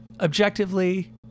objectively